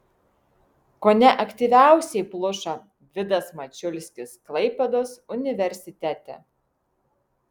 kone aktyviausiai pluša vidas mačiulskis klaipėdos universitete